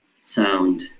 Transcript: sound